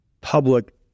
public